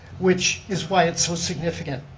which is why it's so significant.